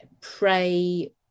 pray